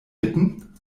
bitten